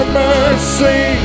mercy